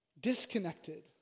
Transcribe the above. disconnected